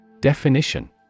Definition